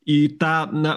į tą na